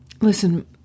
Listen